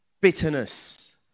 Bitterness